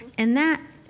and that,